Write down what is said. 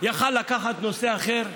יכול לקחת נושא אחר,